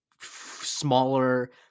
smaller